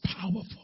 powerful